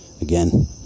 Again